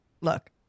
look